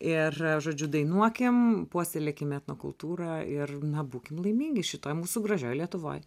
ir žodžiu dainuokim puoselėkime etnokultūrą ir na būkim laimingi šitoj mūsų gražioj lietuvoj